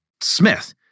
smith